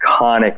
iconic